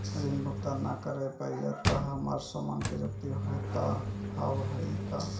ऋण भुगतान ना करऽ पहिए तह हमर समान के जब्ती होता हाव हई का?